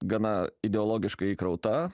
gana ideologiškai įkrauta